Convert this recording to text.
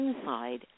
inside